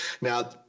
Now